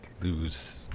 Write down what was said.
lose